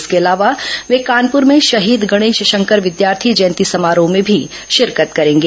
इसके अलावा वे कानपुर में शहीद गणेश शंकर विद्यार्थी जयंती समारोह में भी शिरकत करेंगे